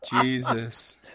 Jesus